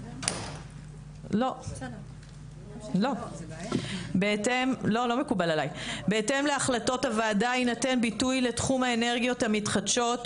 2. בהתאם להחלטות הוועדה יינתן ביטוי לתחום האנרגיות המתחדשות,